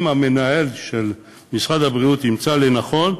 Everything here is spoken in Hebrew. אם המנהל של משרד הבריאות ימצא לנכון,